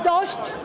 Dość.